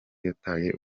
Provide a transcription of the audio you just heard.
yataye